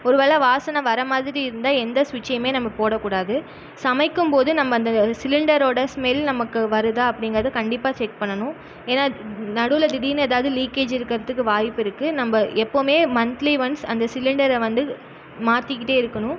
ஒருவேளை வாசனை வரமாதிரி இருந்தால் எந்த ஸ்விட்ச்சயுமே நம்ம போடக்கூடாது சமைக்கும் போது நம்ம அந்த சிலிண்டரோட ஸ்மெல் நமக்கு வருதா அப்டிங்கிறத கண்டிப்பாக செக் பண்ணணும் ஏன்னா நடுவில் திடீர்னு ஏதாவது லீக்கேஜ் இருக்கிறதுக்கு வாய்ப்பு இருக்கு நம்ம எப்போதுமே மந்த்லி ஒன்ஸ் அந்த சிலிண்டரை வந்து மாற்றிக்கிட்டே இருக்கணும்